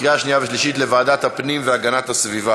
התשע"ו 2016, לוועדת הפנים והגנת הסביבה